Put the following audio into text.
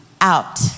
out